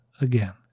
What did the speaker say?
again